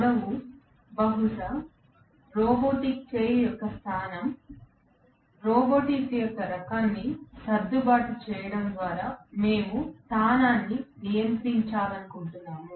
పొడవు బహుశా రోబోటిక్ చేయి యొక్క స్థానం రోబోట్ యొక్క రకాన్ని సర్దుబాటు చేయడం ద్వారా మేము స్థానాన్ని నియంత్రించాలనుకుంటున్నాము